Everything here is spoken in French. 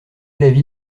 l’avis